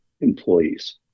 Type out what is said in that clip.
employees